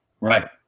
Right